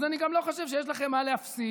אני גם לא חושב שיש לכם מה להפסיד.